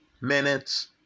minutes